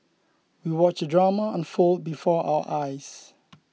we watched the drama unfold before our eyes